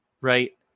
right